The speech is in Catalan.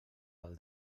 pel